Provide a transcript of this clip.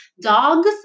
Dogs